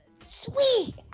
Sweet